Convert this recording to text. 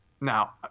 Now